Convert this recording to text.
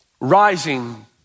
Rising